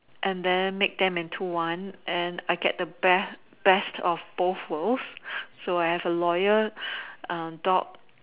and then make them into one and I get the best best of both worlds so I have a loyal uh dog